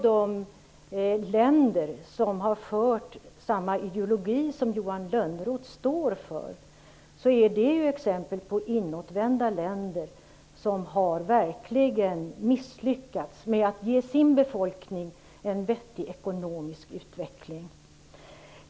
De länder som har fört samma ideologi som Johan Lönnroth står för är exempel på inåtvända länder som verkligen har misslyckats med att ge sin befolkning en vettig ekonomisk utveckling.